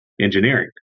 Engineering